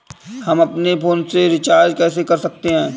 हम अपने ही फोन से रिचार्ज कैसे कर सकते हैं?